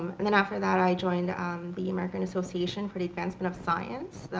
and then after that i joined um the american association for the advancement of science.